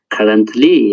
Currently